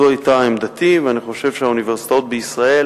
זו היתה עמדתי, ואני חושב שהאוניברסיטאות בישראל